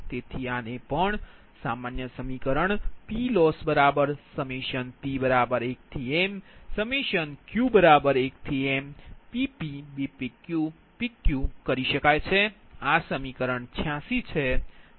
તેથી આને પણ સામાન્ય સમીકરણ PLossp1mq1mPpBpqPqકરી શકાય છે આ સમીકરણ 86 છે